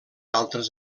altres